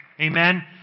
Amen